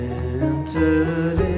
entered